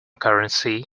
currency